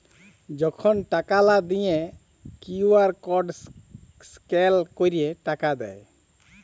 যখল টাকা লা দিঁয়ে কিউ.আর কড স্ক্যাল ক্যইরে টাকা দেয়